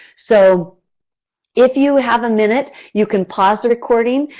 so if you have a minute you can pause the recording,